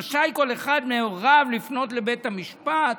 רשאי כל אחד מהוריו לפנות לבית המשפט".